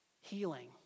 healing